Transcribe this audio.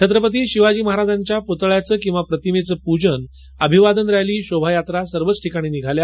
छत्रपती शिवाजी महाराजांच्या पृतळयाच किंवा प्रतिमेच पृजन अभिवादन रली शोभा यात्रा सर्वच ठिकाणी निघाल्या